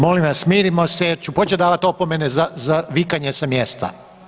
Molim vas smirimo se jer ću početi davati opomene za vikanje sa mjesta.